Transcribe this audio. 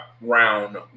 round